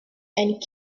and